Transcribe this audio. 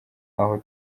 aho